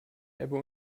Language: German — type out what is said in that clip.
ebbe